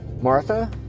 Martha